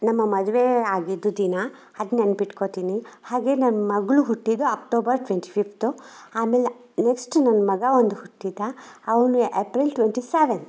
ನಮ್ಮ ಮದುವೇ ಆಗಿದ್ದು ದಿನ ಅದ್ ನೆನ್ಪು ಇಟ್ಕೊತೀನಿ ಹಾಗೆ ನನ್ನ ಮಗಳು ಹುಟ್ಟಿದ್ದು ಅಕ್ಟೋಬರ್ ಟ್ವೆಂಟಿ ಫಿಫ್ತು ಆಮೇಲೆ ನೆಕ್ಸ್ಟ್ ನನ್ನ ಮಗ ಒಂದು ಹುಟ್ಟಿದ ಅವನು ಎಪ್ರಿಲ್ ಟ್ವೆಂಟಿ ಸೆವೆಂತ್